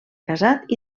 casat